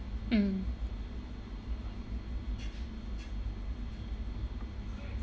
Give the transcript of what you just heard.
mm